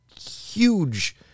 huge